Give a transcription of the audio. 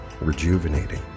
rejuvenating